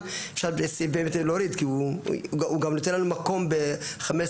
אפשר להוריד כי הוא גם נותן לנו מקום ב-15,